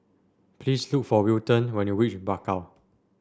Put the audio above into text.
please look for Wilton when you reach Bakau